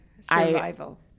Survival